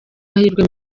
amahirwe